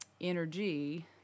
energy